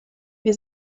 wir